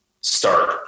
start